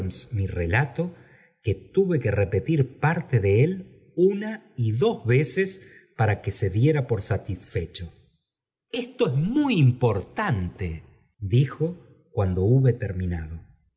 mi relato que tuve que repetir parte de él una y dos veces para que be diera por satisfecho esto es muy importante dijo cuando hube terminado